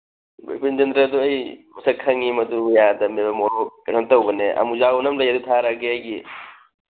ꯕꯤꯄꯤꯟꯆꯟꯗ꯭ꯔꯗꯣ ꯑꯩ ꯃꯁꯛ ꯈꯪꯉꯤ ꯃꯗꯨ ꯌꯥꯗꯝꯅꯤ ꯃꯗꯨ ꯀꯩꯅꯣ ꯇꯧꯕꯦ ꯑꯃꯨꯖꯥꯎ ꯑꯅ ꯂꯩ ꯑꯗꯨ ꯊꯥꯔꯛꯑꯒꯦ ꯑꯩꯒꯤ